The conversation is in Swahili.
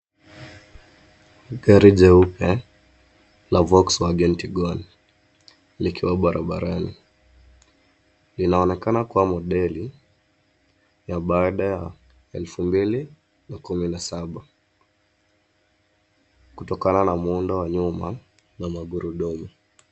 Gari jeupe la Volkswagen Tiguan likiwa barabarani. Linaonekana kuwa modeli ya baada ya elfu mbili na kumi na saba kutokana na muundo wa nyuma na magurudumu.